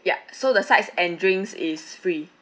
ya so the sides and drinks is free